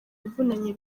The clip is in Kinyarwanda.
ivunanye